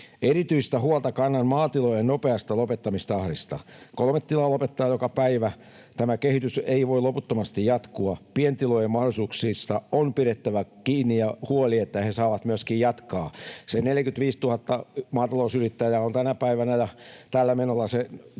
Erityistä huolta kannan maatilojen nopeasta lopettamistahdista. Kolme tilaa lopettaa joka päivä. Tämä kehitys ei voi loputtomasti jatkua. Pientilojen mahdollisuuksista on pidettävä kiinni, ja on huolehdittava, että ne saavat myöskin jatkaa. Se 45 000 maatalousyrittäjää on tänä päivänä, ja tällä menolla se saattaa